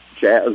jazz